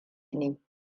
ne